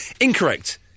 Incorrect